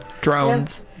drones